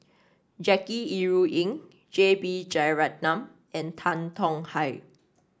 Jackie Yi Ru Ying J B Jeyaretnam and Tan Tong Hye